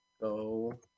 go